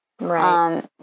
Right